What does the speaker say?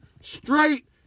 straight